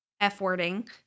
F-wording